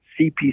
CPC